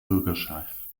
bürgerschaft